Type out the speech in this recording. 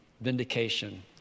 vindication